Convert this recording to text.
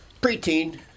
Preteen